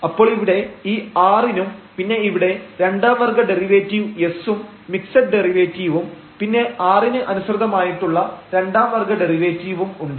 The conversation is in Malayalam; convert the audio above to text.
അപ്പോൾ ഇവിടെ ഈ r നും പിന്നെ ഇവിടെ രണ്ടാം വർഗ്ഗ ഡെറിവേറ്റീവ് s ഉം മിക്സഡ് ഡെറിവേറ്റീവും പിന്നെ r ന് അനുസൃതമായിട്ടുള്ള രണ്ടാം വർഗ്ഗ ഡെറിവേറ്റീവും ഉണ്ട്